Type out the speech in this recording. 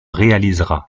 réalisera